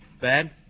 Bad